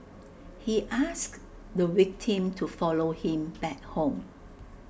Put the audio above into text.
he asked the victim to follow him back home